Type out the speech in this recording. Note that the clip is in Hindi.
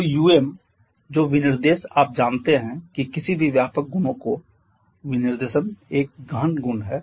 तो um जो विनिर्देश आप जानते हैं कि किसी भी व्यापक गुणों का विनिर्देश एक गहन गुण है